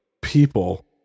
people